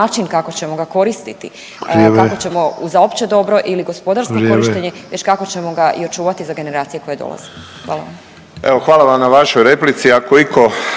hvala vam